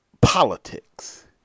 politics